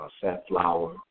safflower